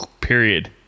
Period